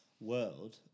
world